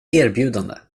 erbjudande